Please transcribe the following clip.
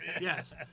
Yes